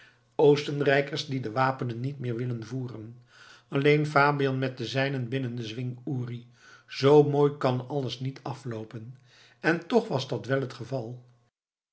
oostenrijkers die de wapenen niet meer willen voeren alleen fabian met de zijnen binnen den zwing uri zoo mooi kan alles niet afloopen en toch was dat wel het geval